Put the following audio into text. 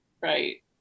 Right